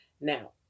Now